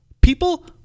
People